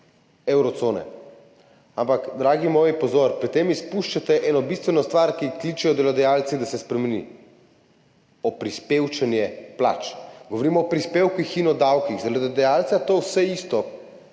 evrocone. Ampak, dragi moji, pozor – pri tem izpuščate eno bistveno stvar, po kateri kličejo delodajalci, da se spremeni – oprispevčenje plač. Govorimo o prispevkih in o davkih. Za delodajalca je to vse isto